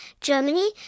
Germany